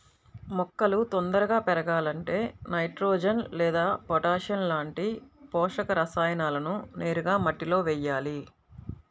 మొక్కలు తొందరగా పెరగాలంటే నైట్రోజెన్ లేదా పొటాషియం లాంటి పోషక రసాయనాలను నేరుగా మట్టిలో వెయ్యాలి